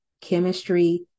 chemistry